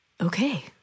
okay